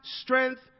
strength